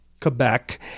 Quebec